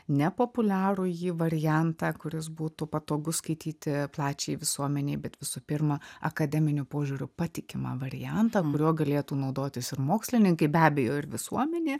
ne populiarųjį variantą kuris būtų patogus skaityti plačiai visuomenei bet visų pirma akademiniu požiūriu patikimą variantą kuriuo galėtų naudotis ir mokslininkai be abejo ir visuomenė